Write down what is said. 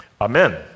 Amen